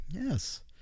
yes